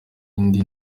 indi